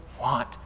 want